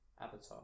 Avatar